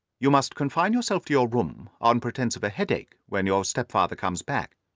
you must confine yourself to your room, on pretence of a headache, when your stepfather comes back.